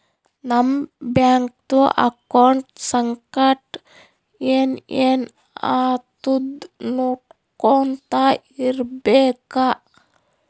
ನಮ್ ಬ್ಯಾಂಕ್ದು ಅಕೌಂಟ್ ಸಂಗಟ್ ಏನ್ ಏನ್ ಆತುದ್ ನೊಡ್ಕೊತಾ ಇರ್ಬೇಕ